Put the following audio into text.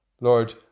Lord